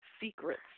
secrets